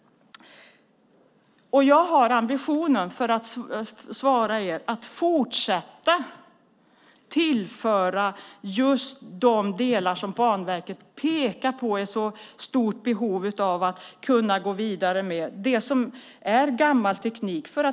Jag har ambitionen att fortsätta tillföra det som Banverket pekar på att det finns ett så stort behov av för att man ska kunna gå vidare när det gäller det som är gammal teknik.